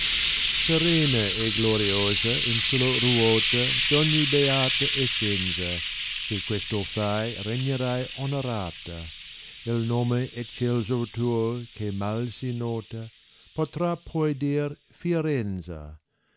serena e gloriosa in sulla ruota d ogni beata essenza se questo fai regnerai onorata m nome eccelso tno che mal si nota potrà poi dir fioren